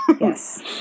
Yes